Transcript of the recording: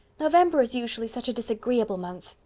november is usually such a disagreeable month.